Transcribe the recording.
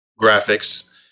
Graphics